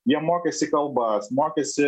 jie mokėsi kalbas mokėsi